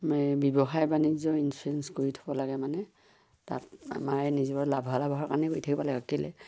এই ব্যৱসায় বাণিজ্য ইঞ্চুৰেঞ্চ কৰি থ'ব লাগে মানে তাত আমাৰ নিজৰ লাভলাভৰ কাৰণে কৰি থ'ব লাগিব কেলেই